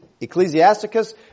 Ecclesiasticus